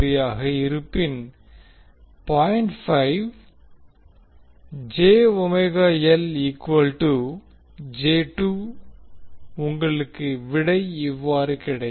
5 ஆக இருப்பின் உங்களுக்கு விடை இவ்வாறு கிடைக்கும்